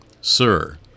sir